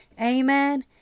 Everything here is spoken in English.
Amen